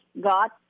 got